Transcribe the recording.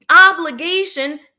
obligation